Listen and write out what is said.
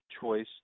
choice